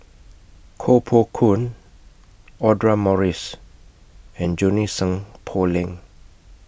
Koh Poh Koon Audra Morrice and Junie Sng Poh Leng